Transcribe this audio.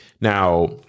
now